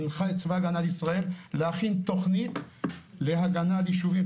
הנחה את צבא הגנה לישראל להכין תוכנית להגנה על היישובים,